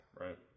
Right